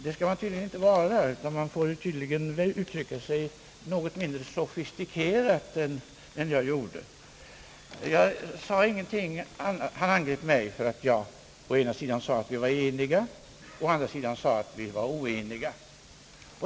Det skall man tydligen inte vara, utan man bör tydligen uttrycka sig något mindre sofistikerat än jag gjorde. Han angrep mig för att jag å ena sidan sade att vi var eniga och å andra sidan sade att vi var oeniga.